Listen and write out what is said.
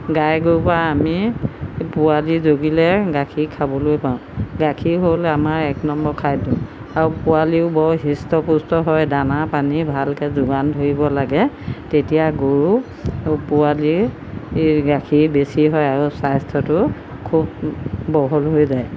গাই গৰুৰপৰা আমি পোৱালি জগিলে গাখীৰ খাবলৈ পাওঁ গাখীৰ হ'ল আমাৰ এক নম্বৰ খাদ্য আৰু পোৱালীয়ো বৰ হিষ্ট পুষ্ট হয় দানা পানী ভালকৈ যোগান ধৰিব লাগে তেতিয়া গৰু পোৱালিৰ গাখীৰ বেছি হয় আৰু স্বাস্থ্যটো খুব বহল হৈ যায়